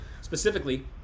specifically